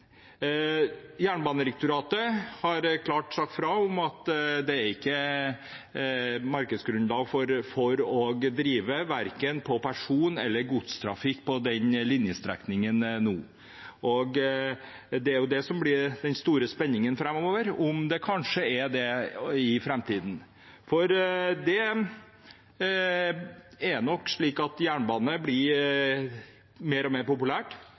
Jernbanedirektoratet har klart sagt fra om at det ikke er markedsgrunnlag for å drive, verken for person- eller godstrafikk på den linjestrekningen nå. Det er det som blir den store spenningen framover, om det kanskje vil bli det i framtiden. Det er nok slik at jernbane blir mer og mer populært.